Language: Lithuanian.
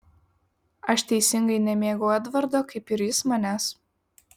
aš teisingai nemėgau edvardo kaip ir jis manęs